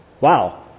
Wow